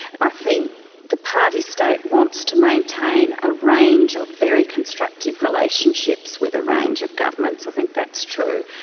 i think the party state wants to maintain a range of very constructive relationships with a range of governments, i think that's true.